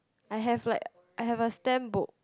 I have like I have a stamp book